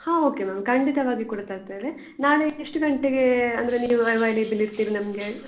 ಹಾಂ okay ma'am ಖಂಡಿತವಾಗಿ ಕೂಡ ತರ್ತೇನೆ ನಾಳೆ ಎಷ್ಟು ಗಂಟೆಗೆ ಅಂದರೆ ನೀವು ಅವೈಲೇಬಲ್ ಇರ್ತೀರಿ ನಮಗೆ